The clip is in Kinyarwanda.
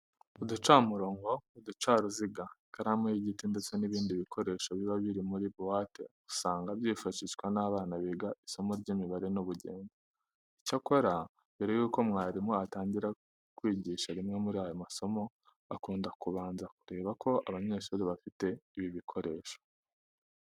Uducamurongo, uducaruziga, ikaramu y'igiti ndetse n'ibindi bikoresho biba biri muri buwate usanga byifashishwa n'abana biga isomo ry'imibare n'ubugenge. Icyakora mbere yuko mwarimu atangira kwigisha rimwe muri aya masomo, akunda kubanza kureba ko abanyeshuri bafite ibi bikoresho.